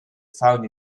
found